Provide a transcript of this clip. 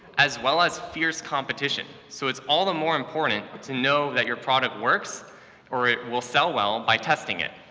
as well as fierce competition. so it's all the more important to know that your product works or it will sell well by testing it.